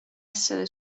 essere